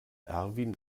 erwin